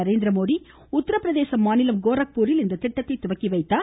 நரேந்திரமோடி உத்திரபிரதேச மாநிலம் கோரக்பூரில் இந்த திட்டத்தை தொடங்கி வைத்தார்